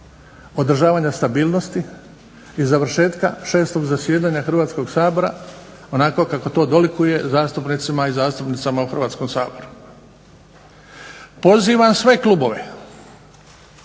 održavanja stabilnosti i završetka 6. zasjedanja Hrvatskog sabora onako kako to dolikuje zastupnicima i zastupnicama u Hrvatskom saboru. Pozivam sve klubove,